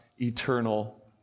eternal